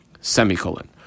Semicolon